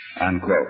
Unquote